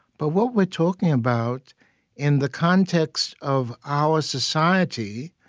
but what we're talking about in the context of our society,